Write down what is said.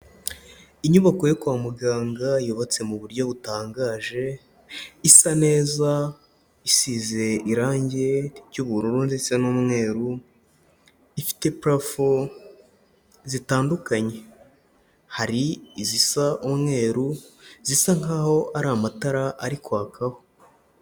Inyubako yo kwa muganga yubatse mu buryo butangaje, isa neza, isize irangi ry'ubururu ndetse n'umweru, ifite parafo zitandukanye, hari izisa umweru, izisa nkaho ari amatara ari kwakaho.